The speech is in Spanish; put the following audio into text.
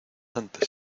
antes